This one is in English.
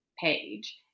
page